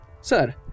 Sir